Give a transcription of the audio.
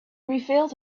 refilled